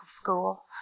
school